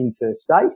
interstate